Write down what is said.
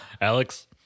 Alex